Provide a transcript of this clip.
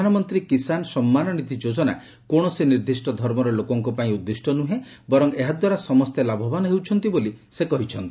ପ୍ରଧାନମନ୍ତ୍ରୀ କିଶାନ ସମ୍ମାନନିଧି ଯୋଜନା କୌଣସି ନିର୍ଦ୍ଦିଷ୍ଟ ଧର୍ମର ଲୋକଙ୍କ ପାଇଁ ଉଦ୍ଦିଷ୍ଟ ନୁହେଁ ବରଂ ଏହାଦ୍ୱାରା ସମସ୍ତେ ଲାଭବାନ ହେଉଛନ୍ତି ବୋଲି ସେ କହିଛନ୍ତି